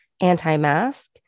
anti-mask